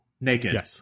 naked